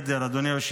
אני מדבר מעבר, אדוני.